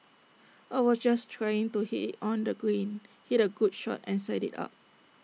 I was just trying to hit IT on the green hit A good shot and set IT up